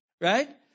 right